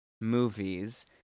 movies